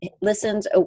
listens